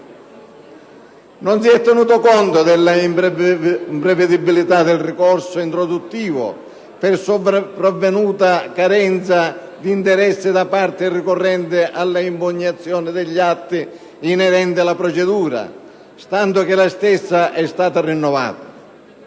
Non si è tenuto conto della imprevedibilità del ricorso introduttivo per sopravvenuta carenza di interesse da parte ricorrente alla impugnazione degli atti inerenti la procedura, stante che la stessa è stata rinnovata.